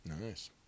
Nice